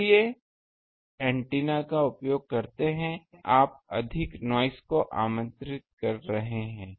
इसलिए यदि आप एक अच्छे एंटीना का उपयोग करते हैं तो वास्तव में आप अधिक नॉइस को आमंत्रित कर रहे हैं